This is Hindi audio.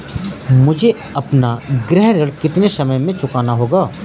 मुझे अपना गृह ऋण कितने समय में चुकाना होगा?